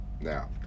Now